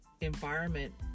environment